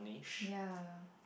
ya